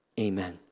Amen